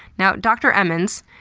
now, dr emmons,